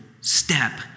step